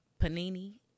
panini